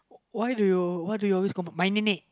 why do you what do you always call my